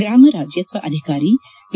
ಗ್ರಾಮ ರಾಜ್ಜಸ್ವ ಅಧಿಕಾರಿ ವಿ